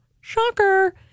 Shocker